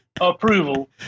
approval